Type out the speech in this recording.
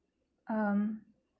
um